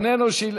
אינו נוכח,